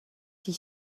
die